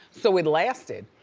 so, it lasted.